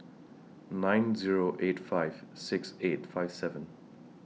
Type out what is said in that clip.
nine Zero eight five six eight five seven